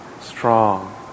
strong